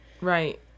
Right